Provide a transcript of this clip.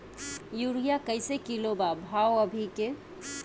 Urea कइसे kilo बा भाव अभी के?